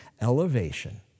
elevation